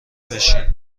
بشین